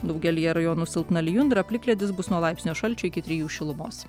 daugelyje rajonų silpna lijundra plikledis bus nuo laipsnio šalčio iki trijų šilumos